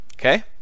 Okay